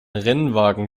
rennwagen